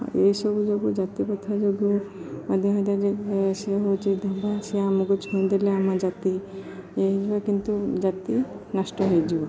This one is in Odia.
ଏସବୁ ଯୋଗୁଁ ଜାତିପ୍ରଥା ଯୋଗୁଁ ମଧ୍ୟ ମଧ୍ୟ ସିଏ ହେଉଛି ଧୋବା ସିଏ ଆମକୁ ଛୁଇଁଦେଲେ ଆମ ଜାତି ଏ ହେଇଯିବ କିନ୍ତୁ ଜାତି ନଷ୍ଟ ହେଇଯିବ